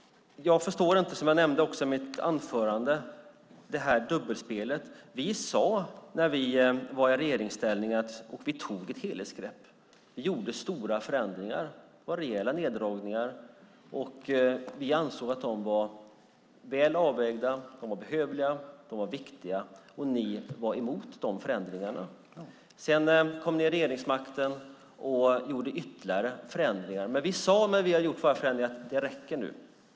Jag förstår inte, som jag också nämnde i mitt anförande, det här dubbelspelet. Vi sade när vi var i regeringsställning att vi tog ett helhetsgrepp. Vi gjorde stora förändringar. Det var rejäla neddragningar. Vi ansåg att de var väl avvägda, att de var behövliga och att de var viktiga. Ni var emot de förändringarna. Sedan kom ni till regeringsmakten och gjorde ytterligare förändringar. Men vi sade när vi hade gjort våra förändringar: Det räcker nu.